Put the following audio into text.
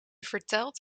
vertelt